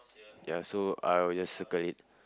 ya so I'll just circle it